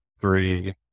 three